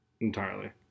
Entirely